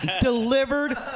Delivered